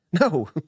No